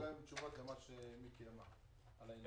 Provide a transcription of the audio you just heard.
ושיחזרו אלינו עם תשובות לגבי מה שמיקי לוי אמר.